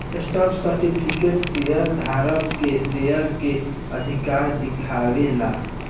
stock certificate share धारक के share के अधिकार दिखावे ला